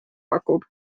pakub